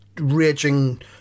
raging